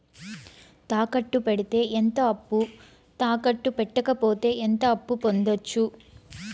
తాకట్టు పెడితే ఎంత అప్పు, తాకట్టు పెట్టకపోతే ఎంత అప్పు పొందొచ్చు?